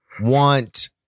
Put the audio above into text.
want